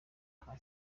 nta